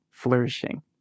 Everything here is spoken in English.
Flourishing